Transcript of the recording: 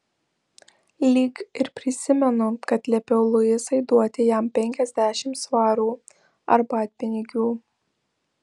lyg ir prisimenu kad liepiau luisai duoti jam penkiasdešimt svarų arbatpinigių